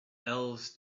elves